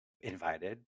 invited